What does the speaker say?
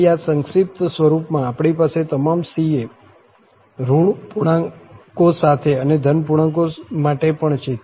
તેથી આ સંક્ષિપ્ત સ્વરૂપમાં આપણી પાસે તમામ ca ઋણ પૂર્ણાંકો સાથે અને ધન પૂર્ણાંકો માટે પણ છે